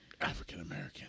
African-American